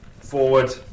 forward